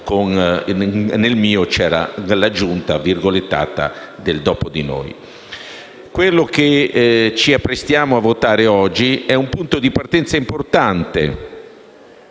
nel mio c'era l'aggiunta virgolettata «Dopo di noi». Quello che ci apprestiamo a votare oggi è un punto di partenza importante,